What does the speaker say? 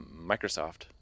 Microsoft